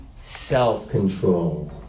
Self-control